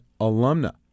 alumna